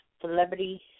Celebrity